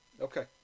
Okay